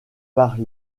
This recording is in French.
par